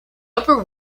upper